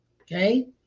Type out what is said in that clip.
Okay